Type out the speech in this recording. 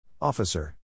Officer